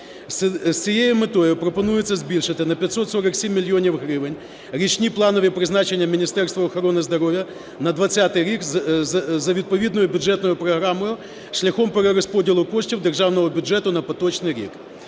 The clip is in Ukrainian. З цією метою пропонується збільшити на 547 мільйонів гривень річні планові призначення Міністерства охорони здоров'я на 20-й рік за відповідною бюджетною програмою шляхом перерозподілу коштів державного бюджету на поточний рік.